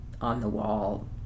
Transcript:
on-the-wall